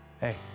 Hey